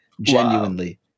Genuinely